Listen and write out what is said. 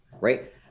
right